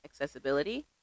accessibility